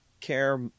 care